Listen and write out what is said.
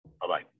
Bye-bye